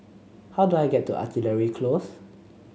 how do I get to Artillery Close